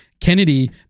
kennedy